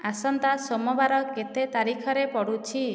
ଆସନ୍ତା ସୋମବାର କେତେ ତାରିଖରେ ପଡ଼ୁଛି